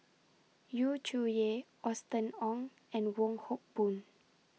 Yu Zhuye Austen Ong and Wong Hock Boon